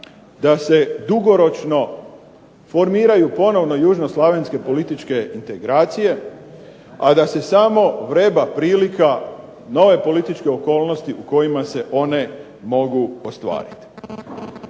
da se dugoročno formiraju ponovno južnoslavenske političke integracije, a da se samo vreba prilika nove političke okolnosti u kojima se one mogu ostvariti.